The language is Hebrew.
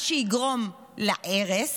מה שיגרום להרס